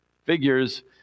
Figures